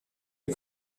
est